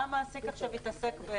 מה מעסיק עכשיו יתעסק?